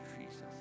Jesus